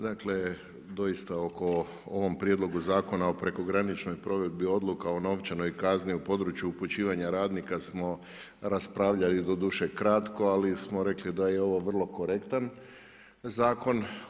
Dakle doista oko, o ovom Prijedlogu zakona o prekograničnoj provedbi odluka o novčanoj kazni u području upućivanja radnika smo raspravljali doduše kratko ali smo rekli da je ovo vrlo korektan zakon.